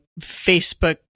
Facebook